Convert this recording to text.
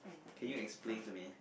can you explain to me